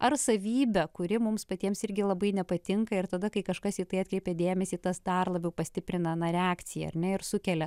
ar savybę kuri mums patiems irgi labai nepatinka ir tada kai kažkas į tai atkreipė dėmesį tas dar labiau pastiprina na reakciją ar ne ir sukelia